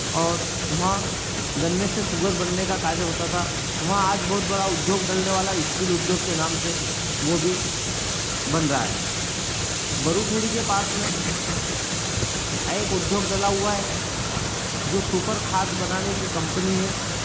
और वहाँ गन्ने से शुगर बनने का कार्य होता था वहाँ आज बहुत बड़ा उद्योग डलने वाला है स्टील उद्योग के नाम से वो भी बन रहा है बरुखेड़ी के पास में एक उद्योग डला हुआ है जो सुपर खाद बनाने की कंपनी है